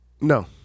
No